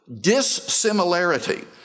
dissimilarity